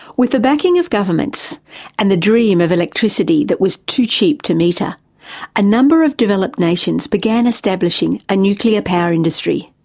with the backing of governments and the dream of electricity that was too cheap to meter a number of developed nations began establishing a nuclear power industry.